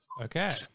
Okay